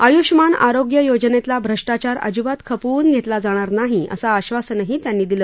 आयुष्यमान आरोग्य योजनेतला भ्रष्टाचार अजिबात खपवून घेतला जाणार नाही असं आश्वासनही त्यांनी दिलं